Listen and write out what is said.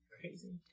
Crazy